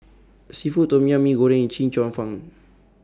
Seafood Tom Yum Mee Goreng Chee Cheong Fun